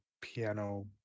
piano